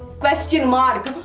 question mark,